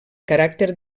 caràcter